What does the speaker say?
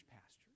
pastures